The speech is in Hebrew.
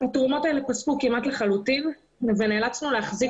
התרומות האלה פסקו כמעט לחלוטין ונאלצנו להחזיק